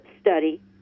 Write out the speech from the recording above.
study